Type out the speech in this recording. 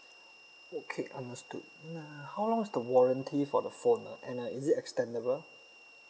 okay understood how long is the warranty for the phone ah and uh is it extendable